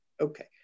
Okay